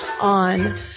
on